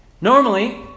Normally